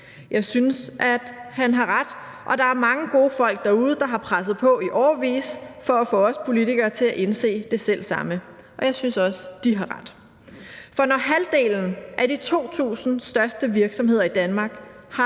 Jeg synes, at han har ret, og der er mange gode folk derude, der har presset på i årevis for at få os politikere til at indse det selvsamme, og jeg synes også, at de har ret. For når halvdelen af de 2.000 største virksomheder i Danmark